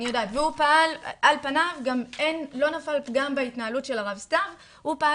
ועל פניו גם לא נפל פגם בהתנהלות של הרב סתיו הוא פעל